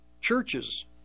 churches